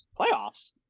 playoffs